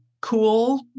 cool